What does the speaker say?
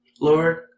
Lord